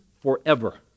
forever